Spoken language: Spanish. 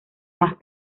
más